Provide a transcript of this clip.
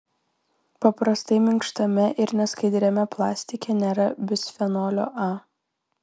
paprastai minkštame ir neskaidriame plastike nėra bisfenolio a